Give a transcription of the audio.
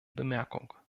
bemerkung